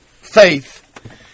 faith